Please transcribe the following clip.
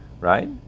right